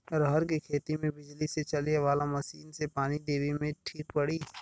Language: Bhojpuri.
रहर के खेती मे बिजली से चले वाला मसीन से पानी देवे मे ठीक पड़ी?